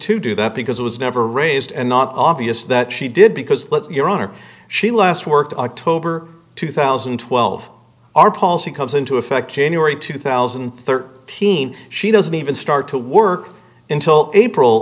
to do that because it was never raised and not obvious that she did because your honor she last worked october two thousand and twelve our policy comes into effect january two thousand and thirteen she doesn't even start to work until april